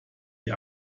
die